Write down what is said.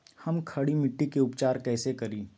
हम खड़ी मिट्टी के उपचार कईसे करी?